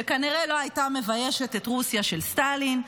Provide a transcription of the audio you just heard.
שכנראה לא הייתה מביישת את רוסיה של סטלין,